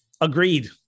agreed